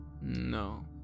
No